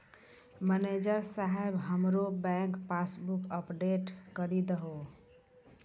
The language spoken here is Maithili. मनैजर साहेब हमरो बैंक पासबुक अपडेट करि दहो